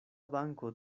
banko